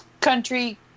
country